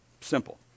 Simple